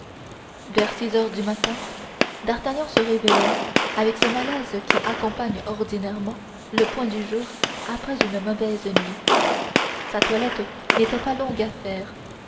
vers six heures du matin d'artagnan se réveilla avec ce malaise qui accompagne ordinairement le point du jour après une mauvaise nuit sa toilette n'était pas longue à faire